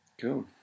Cool